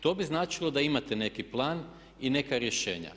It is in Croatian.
To bi značilo da imate neki plan i neka rješenja.